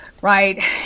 Right